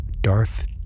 Darth